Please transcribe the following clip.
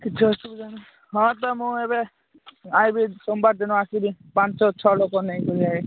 କିଛି ଅସୁବିଧା ନାଇଁ ହଁ ତ ମୁଁ ଏବେ ଆଇବି ସୋମବାର ଦିନ ଆଇବି ପାଞ୍ଚ ଛଅ ଲୋକ ନେଇକରି